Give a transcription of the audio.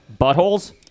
Buttholes